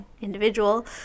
individual